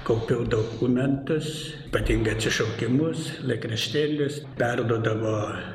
kaupiau dokumentus ypatingai atsišaukimus laikraštėlius perduodavo